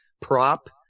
prop